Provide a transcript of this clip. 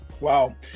Wow